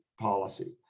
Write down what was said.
policy